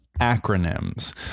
Acronyms